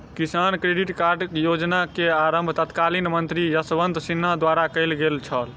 किसान credit card योजना के आरम्भ तत्कालीन मंत्री यशवंत सिन्हा द्वारा कयल गेल छल